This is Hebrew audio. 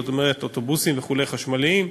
זאת אומרת אוטובוסים חשמליים.